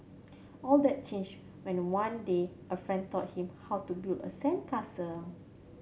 all that changed when the one day a friend taught him how to build a sandcastle